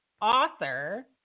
author